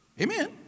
Amen